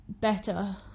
better